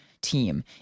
team